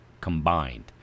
combined